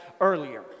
earlier